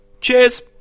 Cheers